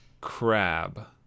Crab